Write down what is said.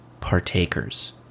partakers